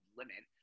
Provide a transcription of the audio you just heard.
limit